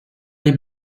les